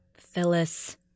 Phyllis